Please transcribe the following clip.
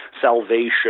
salvation